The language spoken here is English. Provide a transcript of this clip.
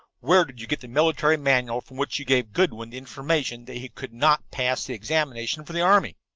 where did you get the military manual from which you gave goodwin the information that he could not pass the examination for the army?